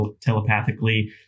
telepathically